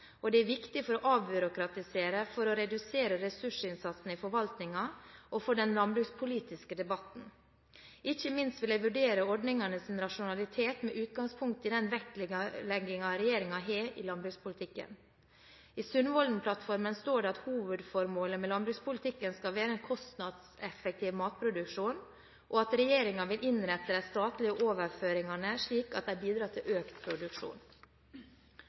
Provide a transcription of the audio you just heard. Det er viktig for å avbyråkratisere og for å redusere ressursinnsatsen i forvaltningen, og det er viktig for den landbrukspolitiske debatten. Ikke minst vil jeg vurdere ordningenes rasjonalitet med utgangspunkt i den vektleggingen regjeringen har på landbrukspolitikken. I Sundvolden-plattformen står det at hovedformålet med landbrukspolitikken skal være en kostnadseffektiv matproduksjon, og at regjeringen vil innrette de statlige overføringene slik at de bidrar til økt produksjon.